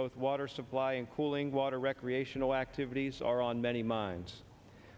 both water supply in cooling water recreational activities are on many minds